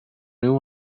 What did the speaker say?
new